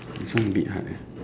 this one a bit hard ah